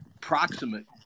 proximate